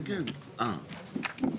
אושרה,